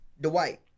Dwight